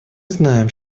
знаем